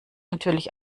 natürlich